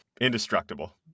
Indestructible